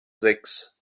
sechs